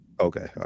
okay